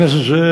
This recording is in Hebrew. חבר הכנסת זאב,